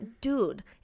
dude